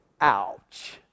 Ouch